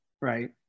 right